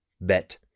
Bet